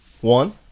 one